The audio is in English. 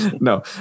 No